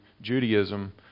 Judaism